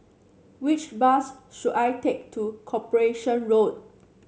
which bus should I take to Corporation Road